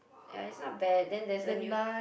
ya it's not bad then there's a new